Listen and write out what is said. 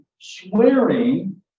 swearing